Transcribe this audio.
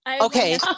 Okay